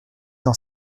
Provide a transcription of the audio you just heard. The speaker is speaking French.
dans